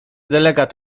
delegat